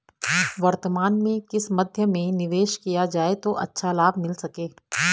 वर्तमान में किस मध्य में निवेश किया जाए जो अच्छा लाभ मिल सके?